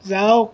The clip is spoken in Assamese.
যাওক